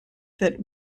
that